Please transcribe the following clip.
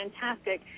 fantastic